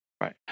Right